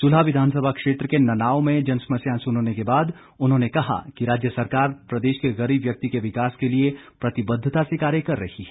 सुलह विधानसभा क्षेत्र के ननाओं में जनसमस्याएं सुनने के बाद उन्होंने कहा कि राज्य सरकार प्रदेश के गरीब व्यक्ति के विकास के लिए प्रतिबद्धता से कार्य कर रही है